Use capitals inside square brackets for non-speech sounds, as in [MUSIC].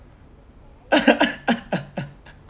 [LAUGHS]